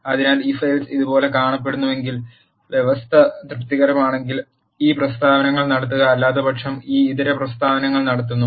അതിനാൽ if else ഇതുപോലെ കാണപ്പെടുന്നുവെങ്കിൽ വ്യവസ്ഥ തൃപ്തികരമാണെങ്കിൽ ഈ പ്രസ്താവനകൾ നടത്തുക അല്ലാത്തപക്ഷം ഈ ഇതര പ്രസ്താവനകൾ നടത്തുന്നു